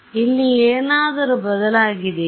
ಇಲ್ಲಿ ಏನಾದರೂ ಬದಲಾಗಿದೆಯೇ